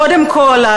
קודם כול,